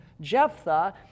Jephthah